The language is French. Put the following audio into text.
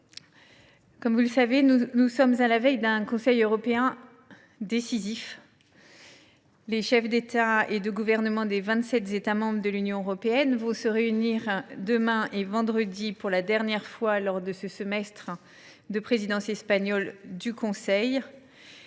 Comme vous le savez, nous sommes à la veille d’un Conseil européen décisif. Les chefs d’État et de gouvernement des vingt sept États membres de l’Union européenne vont se réunir demain et vendredi pour la dernière fois de ce semestre de présidence espagnole du Conseil